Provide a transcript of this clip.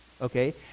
okay